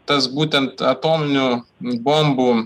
tas būtent atominių bombų